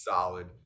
Solid